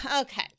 okay